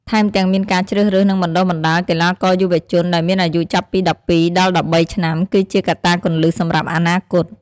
ថែមទាំងមានការជ្រើសរើស និងបណ្ដុះបណ្ដាល កីឡាករយុវជន ដែលមានអាយុចាប់ពី ១២ ដល់ ១៣ ឆ្នាំ គឺជាកត្តាគន្លឹះសម្រាប់អនាគត។